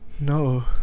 No